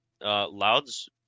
Loud's